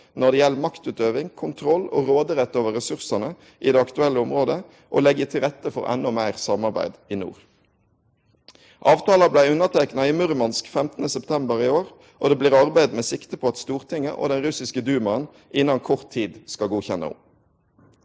når det gjeld maktutøving, kontroll og råderett over ressursane i det aktuelle området og leggje til rette for endå meir samarbeid i nord. Avtala blei underteikna i Murmansk 15. september i år, og det blir arbeidd med sikte på at Stortinget og den russiske Dumaen innan kort tid skal godkjenne ho.